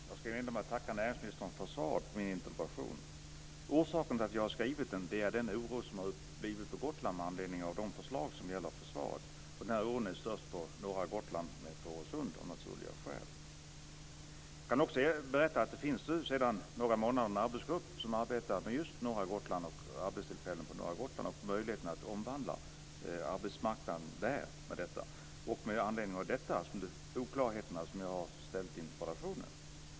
Herr talman! Jag ska inleda med att tacka näringsministern för svaret på min interpellation. Orsaken till att jag skrivit interpellationen är den oro som blivit på Gotland med anledning av de förslag som gäller försvaret. Oron är, av naturliga skäl, störst på norra Gotland och i Fårösund. Det finns sedan några månader en arbetsgrupp som arbetar med just norra Gotland - med frågor som rör arbetstillfällen på norra Gotland och möjligheterna att omvandla arbetsmarknaden där. Det är med anledning av oklarheterna i det sammanhanget som jag har framställt min interpellation.